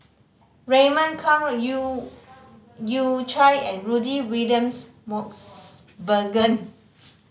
Raymond Kang Yew Yew Chye and Rudy William's Mosbergen